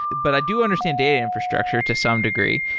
but i do understand data infrastructure to some degree.